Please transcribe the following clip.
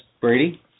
Brady